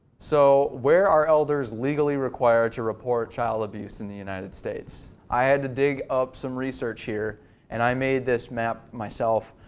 so where are elders legally required to report child abuse in the united states? i had to dig up some research here and i made this map myself.